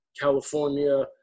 California